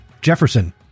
Jefferson